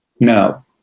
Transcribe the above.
No